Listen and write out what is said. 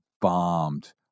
bombed